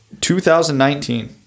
2019